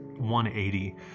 180